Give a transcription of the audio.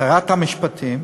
שרת המשפטים,